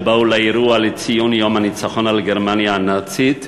שבאו לאירוע לציון יום הניצחון על גרמניה הנאצית.